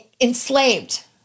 enslaved